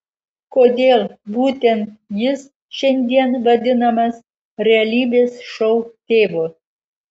kodėl būtent jis šiandien vadinamas realybės šou tėvu